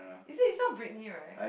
is it it's not Britney right